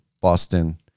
Boston